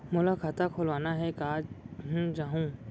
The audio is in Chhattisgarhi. मोला खाता खोलवाना हे, कहाँ जाहूँ?